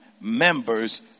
members